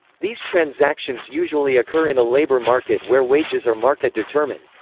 these transactions usually occur in a labour market where wages are market determined.